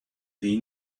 they